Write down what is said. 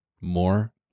more